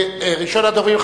ראשון הדוברים,